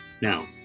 Now